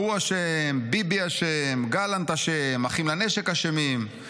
ההוא אשם, ביבי אשם, גלנט אשם, אחים לנשק אשמים.